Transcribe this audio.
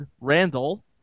Randall